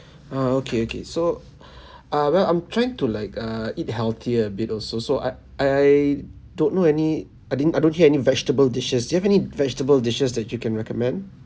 ah okay okay so ah well I'm trying to like err eat healthier a bit also so I I don't know any I didn't I don't hear any vegetable dishes do you have any vegetable dishes that you can recommend